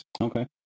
okay